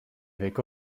avec